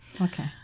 Okay